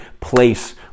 place